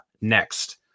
next